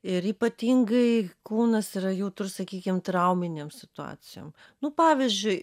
ir ypatingai kūnas yra jautrus sakykim trauminėm situacijom nu pavyzdžiui